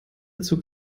zug